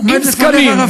עומד לפניך רב-סרן.